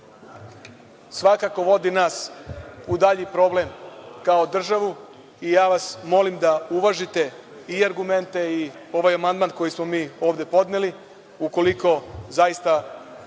svakako vodi nas u dalji problem kako državu. Ja vas molim da uvažite i argumente i ovaj amandman koji smo mi ovde podneli, ukoliko zaista